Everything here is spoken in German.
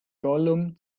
gollum